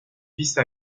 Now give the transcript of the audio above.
vice